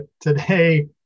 today